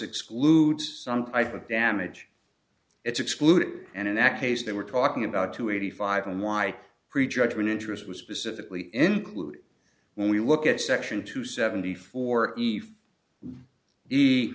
excludes some type of damage it's excluded and in that case they were talking about two eighty five and why prejudgment interest was specifically include when we look at section two seventy four